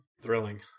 Thrilling